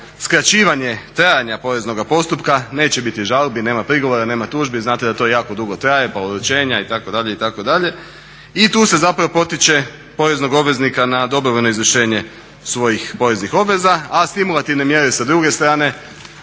skraćivanje trajanja poreznoga postupka. Neće biti žalbi, nema prigovora, nema tužbi. Znate da to jako dugo traje, pa …/Govornik se ne razumije./… itd. itd. I tu se zapravo potiče poreznog obveznika na dobrovoljno izvršenje svojih poreznih obveza, a stimulativne mjere sa druge strane